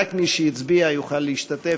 רק מי שהצביע יוכל להשתתף,